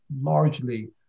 largely